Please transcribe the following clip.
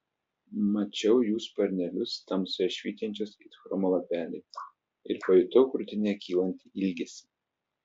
mačiau jų sparnelius tamsoje švytinčius it chromo lapeliai ir pajutau krūtinėje kylantį ilgesį